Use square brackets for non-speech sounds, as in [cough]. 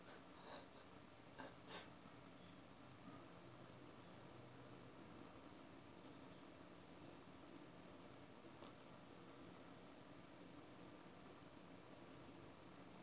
[laughs]